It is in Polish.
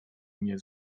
mnie